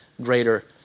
greater